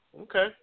okay